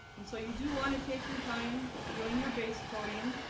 and so you do want to take your time doing your base coating?